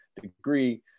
degree